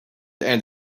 and